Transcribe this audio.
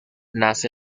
nace